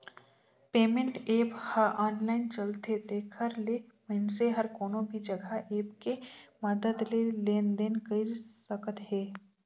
payment app ह online चलथे तेखर ले मइनसे हर कोनो भी जघा ऐप के मदद ले लेन देन कइर सकत हे